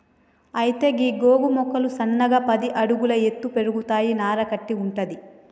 అయితే గీ గోగు మొక్కలు సన్నగా పది అడుగుల ఎత్తు పెరుగుతాయి నార కట్టి వుంటది